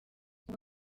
ubu